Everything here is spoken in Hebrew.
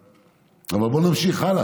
בואו נמשיך הלאה.